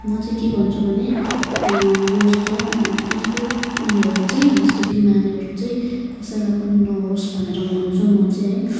म चाहिँ के भन्छु भने यस्तो यस्तो उयोहरू चाहिँ यस्तो बिमारीहरू चाहिँ कसैलाई पनि नहोस् भनेर भन्छु म चाहिँ है